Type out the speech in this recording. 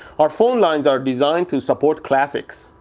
our phone lines are designed to support classics.